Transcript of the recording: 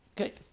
Okay